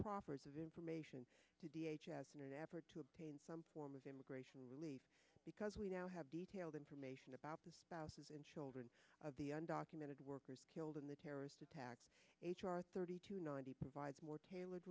proffers of information as an effort to obtain some form of immigration relief because we now have detailed information about the spouses and children of the undocumented workers killed in the terrorist attacks h r thirty two ninety provides more tailored